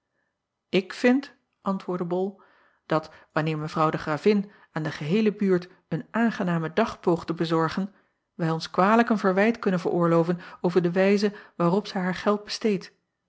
k vind antwoordde ol dat wanneer evrouw de ravin aan de geheele buurt een aangenamen dag poogt te bezorgen wij ons kwalijk een verwijt kunnen veroorloven over de wijze waarop zij haar geld besteedt